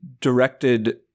directed